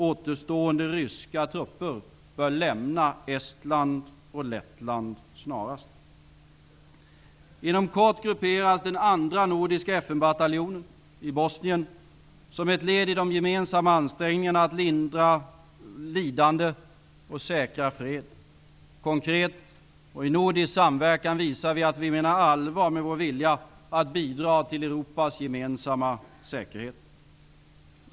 Återstående ryska trupper bör lämna Inom kort grupperas den andra nordiska FN bataljonen i Bosnien som ett led i de gemensamma ansträngningarna att lindra lidande och säkra fred. Konkret, och i nordisk samverkan, visar vi att vi menar allvar med vår vilja att bidra till Europas gemensamma säkerhet.